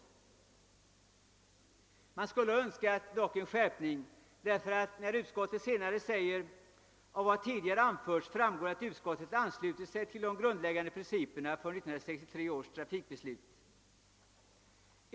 Man skulle dock ha önskat en skärpning ty längre fram säger utskottet: >Av vad tidigare anförts framgår att utskottet ansluter sig till de grundläggande principerna för 1963 års trafikbeslut.